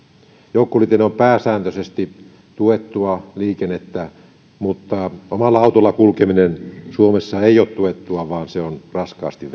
joukkoliikenne on pääsääntöisesti tuettua liikennettä mutta omalla autolla kulkeminen suomessa ei ole tuettua vaan se on raskaasti